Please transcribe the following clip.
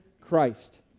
Christ